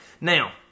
Now